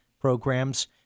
programs